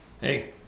hey